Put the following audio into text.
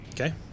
Okay